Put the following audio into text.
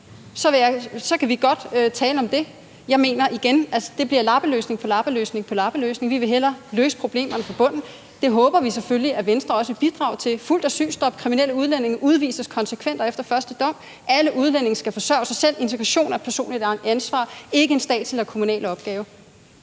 så kan vi godt tale om det. Jeg mener igen, at der bliver tale om lappeløsning på lappeløsning på lappeløsning. Vi vil hellere løse problemerne fra bunden, og det håber vi selvfølgelig at Venstre også vil bidrage til: fuldt asylstop, at kriminelle udlændinge udvises konsekvent og efter første dom, at alle udlændinge skal forsørge sig selv, at integration er et personligt ansvar og ikke en statslig eller kommunal opgave.